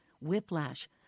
whiplash